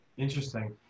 Interesting